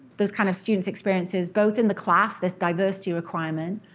those kind of students' experiences, both in the class, this diversity requirement,